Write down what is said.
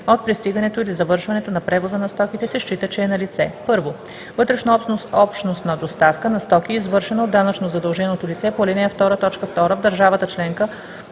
от пристигането или завършването на превоза на стоките, се счита, че е налице: 1. вътреобщностна доставка на стоки, извършена от данъчно задълженото лице по ал. 2, т. 2 в държавата членка,